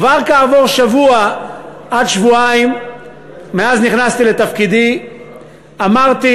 כבר לאחר שבוע עד שבועיים מאז נכנסתי לתפקידי אמרתי